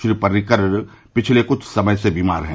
श्री पर्रिकर पिछले कुछ समय से बीमार हैं